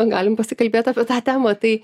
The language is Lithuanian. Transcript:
galim pasikalbėt apie tą temą tai